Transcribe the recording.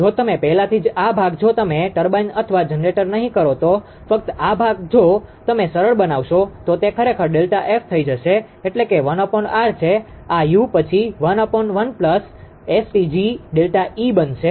જો તમે પહેલાથી જ આ ભાગ જો તમે ટર્બાઇન અથવા જનરેટર નહીં કરો તો ફક્ત આ ભાગ જો તમે સરળ બનાવશો તો તે ખરેખર ΔF થઈ જશે એટલે કે 1R છે આ યુ પછી 11 𝑆𝑇𝑔 ΔE બનશે